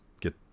get